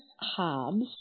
Hobbs